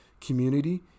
community